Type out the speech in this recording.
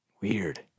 Weird